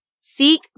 Seek